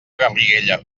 garriguella